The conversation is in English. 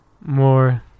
more